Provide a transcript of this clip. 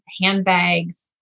handbags